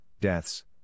deaths